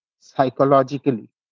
psychologically